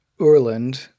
Urland